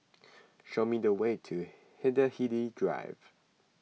show me the way to Hindhede Drive